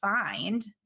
find